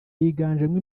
higanjemo